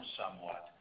somewhat